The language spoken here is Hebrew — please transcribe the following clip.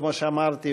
כמו שאמרתי,